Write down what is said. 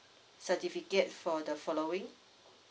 certificate for the following